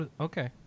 okay